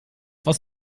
was